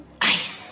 ice